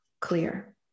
clear